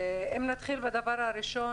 אם נתחיל בדבר הראשון,